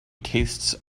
tastes